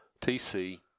TC